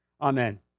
Amen